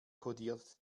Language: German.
kodiert